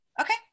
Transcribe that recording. Okay